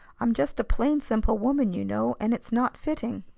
i'm just a plain, simple woman, you know, and it's not fitting.